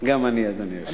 גם אני, אדוני היושב-ראש.